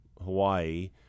Hawaii